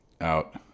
out